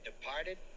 departed